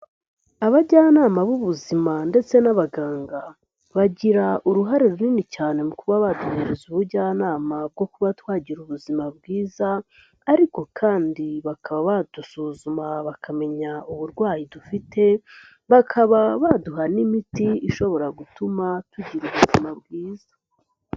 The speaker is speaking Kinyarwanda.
Abajyanama b'ubuzima ndetse n'abaganga bagira uruhare runini cyane mu kuba baduhereza ubujyanama bwo kuba twagira ubuzima bwiza, ariko kandi bakaba badusuzuma bakamenya uburwayi dufite bakaba baduha n'imiti ishobora gutuma tugira ubuzima bwiza.